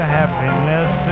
happiness